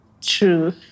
True